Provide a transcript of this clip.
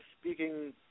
speaking